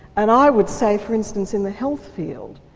and i would say for instance in the health field,